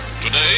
Today